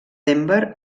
denver